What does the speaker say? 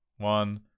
one